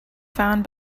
found